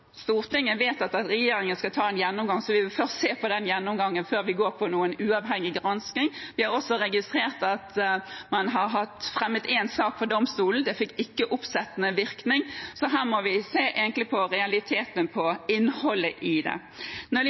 Stortinget vedtatt at regjeringen skal ta en gjennomgang, så vi vil se på den gjennomgangen før vi går for noen uavhengig gransking. Vi har også registrert at man har fremmet én sak for domstolen. Det fikk ikke oppsettende virkning, så her må vi egentlig se på realitetene i innholdet i. Når det gjelder Miljøpartiet De Grønnes forslag, mener vi ikke at det